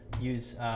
use